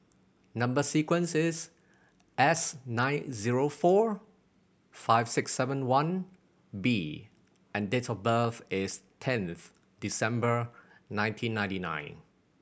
number sequence is S nine zero four five six seven one B and date of birth is tenth December nineteen ninety nine